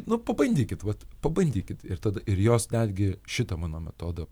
nu pabandykit vat pabandykit ir tada ir jos netgi šita mano metodą